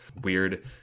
weird